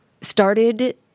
started